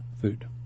food